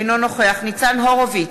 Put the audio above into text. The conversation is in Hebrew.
אינו נוכח ניצן הורוביץ,